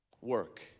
work